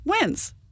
wins